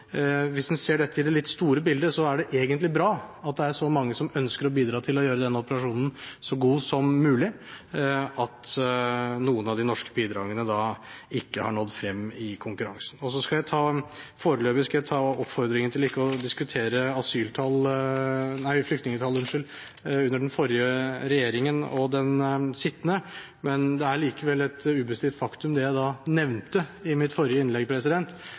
mange som ønsker å bidra til å gjøre denne operasjonen så god som mulig, at noen av de norske bidragene ikke har nådd frem i konkurransen. Foreløpig skal jeg ta oppfordringen til ikke å diskutere flyktningtall under den forrige regjeringen og den sittende, men det er likevel et ubestridt faktum det jeg nevnte i mitt forrige innlegg,